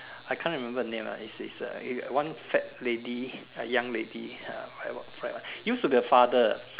I can't remember the name lah is a is a one fat lady a young lady uh used to be a father